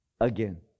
again